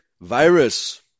virus